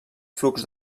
flux